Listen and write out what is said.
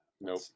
Nope